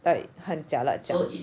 like 很 jialat 这样